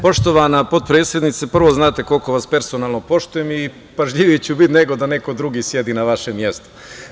Poštovana potpredsednice, prvo, znate koliko vas personalno poštujem i pažljiviji ću biti nego da neko drugi sedi na vašem mestu.